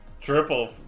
Triple